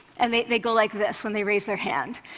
and they they go like this when they raise their hand.